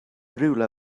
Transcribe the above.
rywle